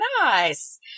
Nice